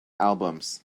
albums